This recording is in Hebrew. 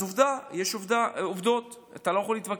אז עובדה, יש עובדות ואתה לא יכול להתווכח.